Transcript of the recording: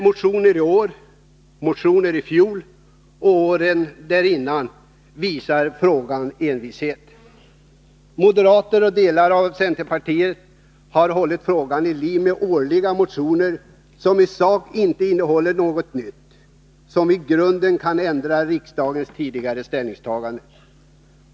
Motioner i år, i fjol och åren dessförinnan visar frågans envishet. Moderater och delar av centerpartiet har hållit frågan vid liv genom årliga motioner, vilka i sak inte innehåller något nytt som i grunden kan ändra riksdagens tidigare ställningstaganden.